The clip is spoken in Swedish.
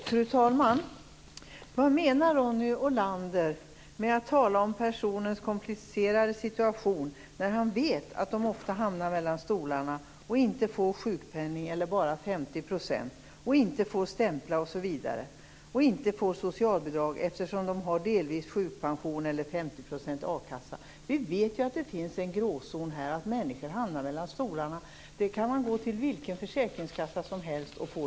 Fru talman! Vad menar Ronny Olander med att tala om personers komplicerade situation när han vet att de ofta hamnar mellan stolarna - inte får sjukpenning eller bara 50 %, inte får stämpla osv. och inte heller får socialbidrag eftersom de har delvis sjukpension eller 50 % a-kassa? Vi vet ju att det finns en gråzon och att människor hamnar mellan stolarna. De uppgifterna kan man få från vilken försäkringskassa som helst.